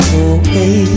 away